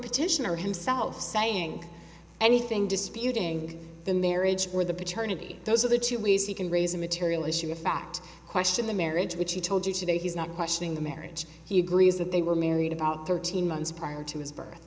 petitioner himself saying anything disputing the marriage or the paternity those are the two ways he can raise a material issue of fact question the marriage which he told you today he's not questioning the marriage he agrees that they were married about thirteen months prior to his birth